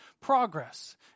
progress